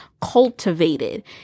cultivated